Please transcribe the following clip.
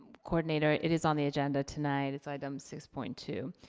coordinator, it is on the agenda tonight. it's item six point two.